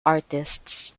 artists